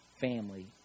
family